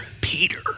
Peter